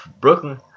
Brooklyn